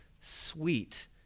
sweet